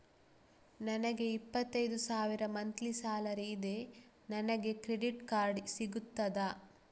ನನಗೆ ಇಪ್ಪತ್ತೈದು ಸಾವಿರ ಮಂತ್ಲಿ ಸಾಲರಿ ಇದೆ, ನನಗೆ ಕ್ರೆಡಿಟ್ ಕಾರ್ಡ್ ಸಿಗುತ್ತದಾ?